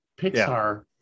Pixar